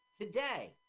today